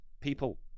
people